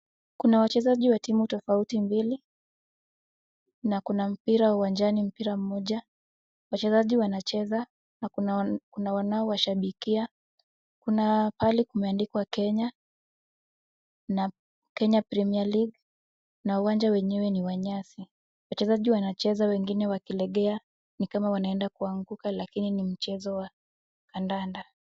Kuna wachezaji wa timu tofauti mbili na kuna mpira uwanjani mpira moja. Wachezaji wanacheza na kuna wanaowashabikia kuna pahali kumeandikwa Kenya na Kenya premier league na uwanja wenyewe ni wa nyasi. Wachezaji wanacheza wengine wakilegea ni kama wanaenda kuanguka lakini ni mchezo wa kandanda.